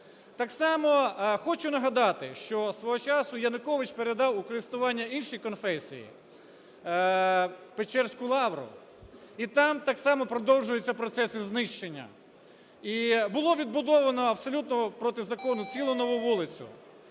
Так само хочу нагадати, що свого часу Янукович передав у користування іншій конфесії Печерську Лавру, і там так само продовжуються процеси знищення. І було відбудовано абсолютно протизаконно цілу нову вулицю,